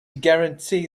guarantee